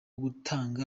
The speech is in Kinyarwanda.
gutanga